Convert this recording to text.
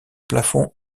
plafond